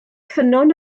ffynnon